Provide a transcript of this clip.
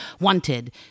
wanted